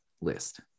list